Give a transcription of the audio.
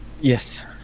Yes